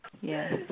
yes